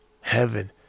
heaven